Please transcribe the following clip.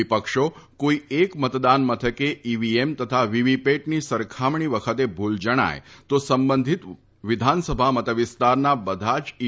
વિપક્ષો કોઇ એક મતદાન મથકે ઇવીએમ તથા વીવીપેટની સરખામણી વખતે ભૂલ જણાય તો સંબંધીત વિધાનસભા મતવિસ્તારના બધા જ ઇ